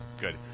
Good